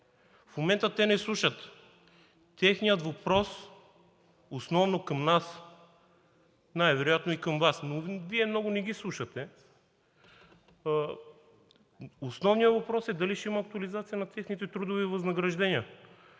В момента те ни слушат. Техният въпрос – основно към нас, най-вероятно и към Вас, но Вие много не ги слушате. Основният въпрос е: дали ще има актуализация на техните трудови възнаграждения?